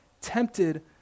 tempted